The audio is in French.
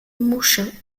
mouchin